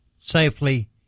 safely